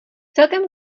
celkem